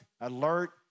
alert